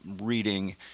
reading